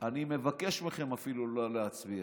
אני מבקש מכם אפילו לא להצביע,